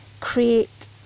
create